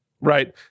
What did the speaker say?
right